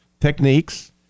techniques